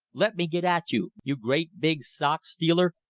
let me get at you, you great big sock-stealer,